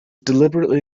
deliberately